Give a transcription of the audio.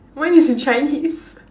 mine is in Chinese